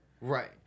right